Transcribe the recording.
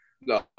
No